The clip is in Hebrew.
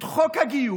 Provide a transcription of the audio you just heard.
את חוק הגיוס,